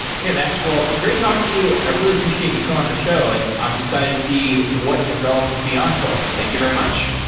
okay, max. well, great talking to you. i really appreciate you come on the show and i'm excited to see what develops at beyondcorp. thank you very much.